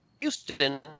Houston